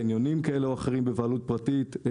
חניונים כאלו ואחרים בבעלות פרטית.